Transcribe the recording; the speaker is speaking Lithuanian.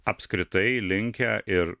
apskritai linkę ir